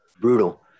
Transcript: brutal